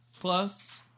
Plus